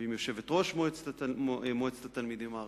ועם יושבת-ראש מועצת התלמידים הארצית.